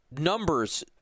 Numbers